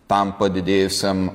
tam padidėjusiam